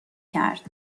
کرد